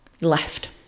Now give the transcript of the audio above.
left